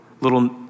little